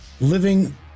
living